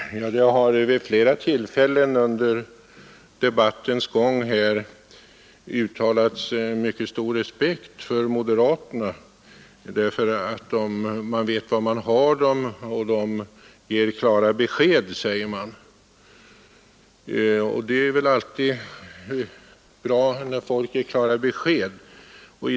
Herr talman! Det har vid flera tillfällen under debattens gång uttalats mycket stor respekt för moderaterna därför att man vet var man har dem och därför att de ger klara besked, sägs det. Det är ju alltid bra när folk ger klara besked.